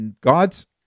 God's